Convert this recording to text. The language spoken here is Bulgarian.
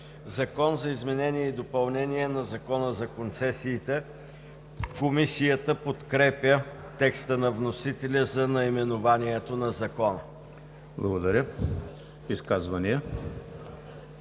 „Закон за изменение и допълнение на Закона за концесиите“. Комисията подкрепя текста на вносителя за наименованието на Закона. ПРЕДСЕДАТЕЛ